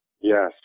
Yes